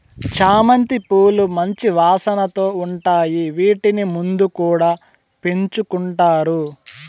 చామంతి పూలు మంచి వాసనతో ఉంటాయి, వీటిని ఇంటి ముందు కూడా పెంచుకుంటారు